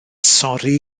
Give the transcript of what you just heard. sori